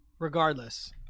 regardless